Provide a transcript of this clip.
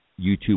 YouTube